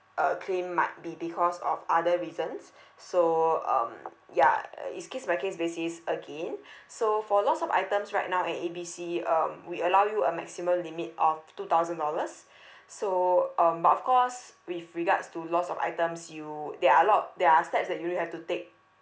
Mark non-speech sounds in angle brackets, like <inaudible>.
uh claim might be because of other reasons so um ya uh is case by case basis again <breath> so for loss of items right now at A B C um we allow you a maximum limit of two thousand dollars <breath> so um but of course with regards to loss of items you would there're a lot there're steps that you will have to take